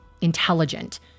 intelligent